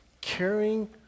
Caring